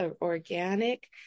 organic